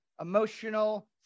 emotional